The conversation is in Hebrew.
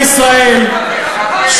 שוטרי ישראל,